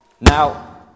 Now